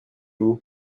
vous